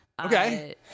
okay